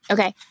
Okay